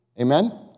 Amen